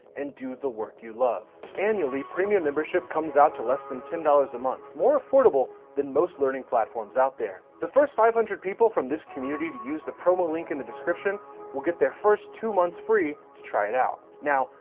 and do the work you love. annually, premium membership comes out to less than ten dollars a month, more affordable that most learning platforms out there. the first five hundred people from this community to use the promo link in the description description will get their first two months free to try it out. now,